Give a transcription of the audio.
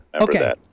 Okay